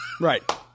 Right